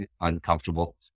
uncomfortable